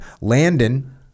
Landon